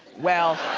well.